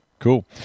Cool